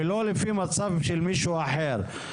ולא לפי מצב של מישהו אחר.